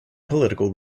political